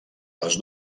les